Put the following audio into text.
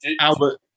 Albert